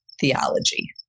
theology